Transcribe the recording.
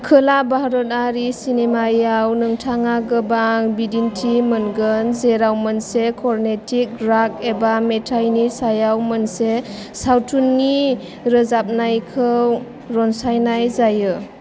खोला भारतारि सिनेमायाव नोंथाङा गोबां बिदिन्थि मोनगोन जेराव मोनसे कर्नेटिक राग एबा मेथाइनि सायाव मोनसे सावथुननि रोजाबनायखौ रनसायनाय जायो